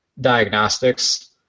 diagnostics